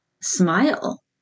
smile